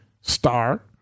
star